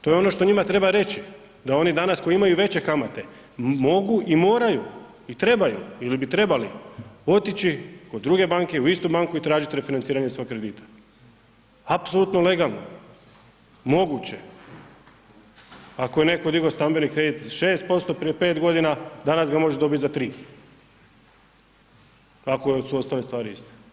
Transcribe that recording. to je ono što njima treba reći da oni danas koji imaju veće kamate mogu i moraju i trebaju ili bi trebali otići kod druge banke i u istu banku i tražit refinanciranje svog kredita, apsolutno legalno, moguće, ako je netko digao stambeni kredit 6% prije 5.g., danas ga može dobit za 3, al ako su ostale stvari iste.